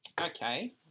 Okay